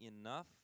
enough